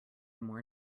more